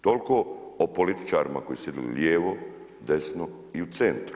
Toliko o političarima koji su sjedili lijevo, desno i u centru.